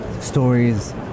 stories